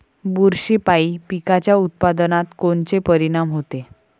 बुरशीपायी पिकाच्या उत्पादनात कोनचे परीनाम होते?